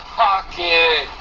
pocket